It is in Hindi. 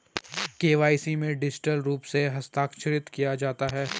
के.वाई.सी में डिजिटल रूप से हस्ताक्षरित किया जाता है